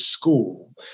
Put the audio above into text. school